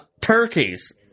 turkeys